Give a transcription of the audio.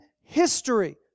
history